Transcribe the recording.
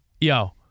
yo